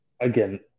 again